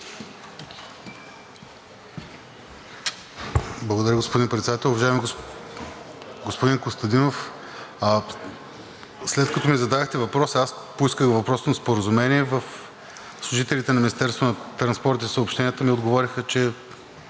Благодаря, господин Председател. Уважаеми господин Костадинов, след като ми зададохте въпроса, аз поисках въпросното споразумение и служителите на Министерството на транспорта и съобщенията ми отговориха, че